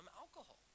alcohol